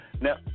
Now